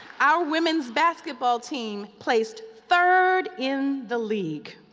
our women's basketball team placed third in the league.